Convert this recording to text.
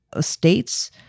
states